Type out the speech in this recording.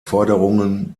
forderungen